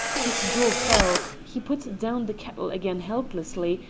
his jaw fell he put down the kettle again helplessly,